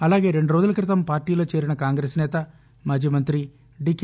అలాగే రెండు రోజుల క్రితం పార్టీలో చేరిన కాంగ్రెస్ నేత మాజీ మంతి డికె